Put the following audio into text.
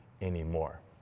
anymore